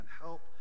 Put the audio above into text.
help